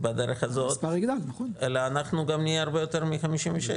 בדרך הזאת אלא שנהיה הרבה מיותר מ-56.